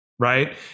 right